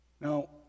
now